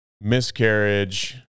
miscarriage